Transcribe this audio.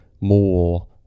more